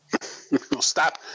Stop